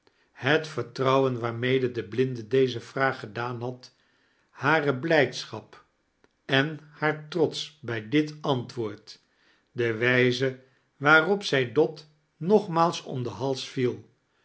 het vertrouwen waarmede de blinde deze vraag gedaan had hare blijdschap en haar trots bij dit antwoord de wijze waarop zij dot nogmaals om den hals viel